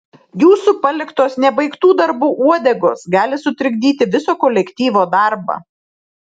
jūsų paliktos nebaigtų darbų uodegos gali sutrikdyti viso kolektyvo darbą